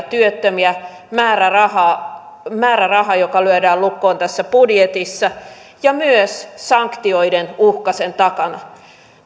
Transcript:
työttömiä määräraha määräraha joka lyödään lukkoon tässä budjetissa ja myös sanktioiden uhka sen takana